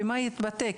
במה יתבטא?